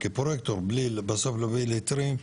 כי פרויקטור בלי בסוף להוביל להיתרים,